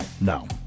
no